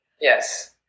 Yes